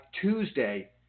Tuesday